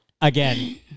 again